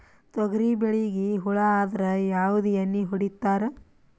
ತೊಗರಿಬೇಳಿಗಿ ಹುಳ ಆದರ ಯಾವದ ಎಣ್ಣಿ ಹೊಡಿತ್ತಾರ?